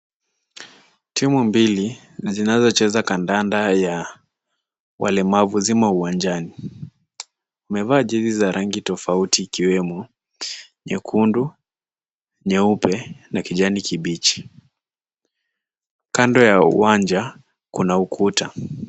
Timu mbili, zinazo cheza kandanda ya walemavu zima uwanjani. Wmevaa jezi za rangi tofauti ikiwemo nyekundu, nyeupe, na kijani kibichi. Kando ya uwanja kuna ukuta.